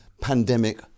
pandemic